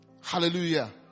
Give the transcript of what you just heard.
Hallelujah